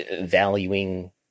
valuing